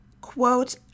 quote